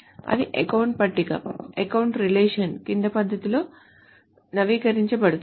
అది account పట్టిక account relation కింది పద్ధతిలో నవీకరించబడింది